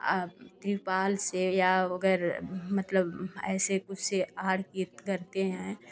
त्रिपाल से या अगर मतलब ऐसे कुछ से आड़ कीर्त करते हैं